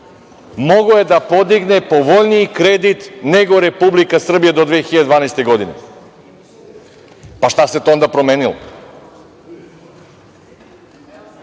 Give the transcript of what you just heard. mogao je da podigne povoljniji kredit nego Republika Srbija do 2012. godine. Pa, šta se to onda promenilo?